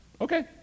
okay